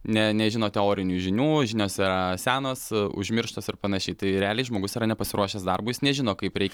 ne nežino teorinių žinių žinios yra senos užmirštos ir panašiai tai realiai žmogus yra nepasiruošęs darbui jis nežino kaip reik